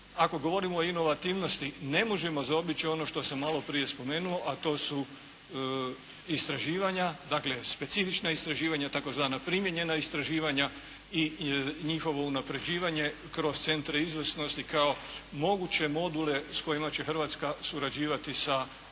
ako govorimo o inovativnosti ne možemo zaobići ono što sam maloprije spomenuo a to su, istraživanja dakle specifična istraživanja tzv. primijenjena istraživanja i njihovo unapređivanje kroz centre izvrsnosti kao moguće module s kojima će Hrvatska surađivati s ostalim